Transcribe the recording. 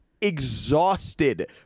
exhausted